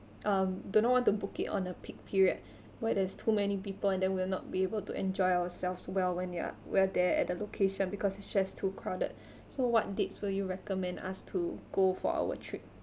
um do not want to book it on a peak period where there's too many people and then we will not be able to enjoy ourselves well when we are we're there at the location because it's just too crowded so what dates will you recommend us to go for our trip